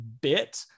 bit